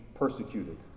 Persecuted